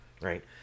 right